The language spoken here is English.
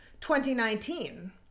2019